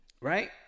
right